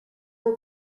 will